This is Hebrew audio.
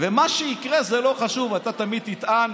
מה שיקרה זה לא חשוב, אתה תמיד תטען